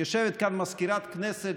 יושבת כאן מזכירת כנסת,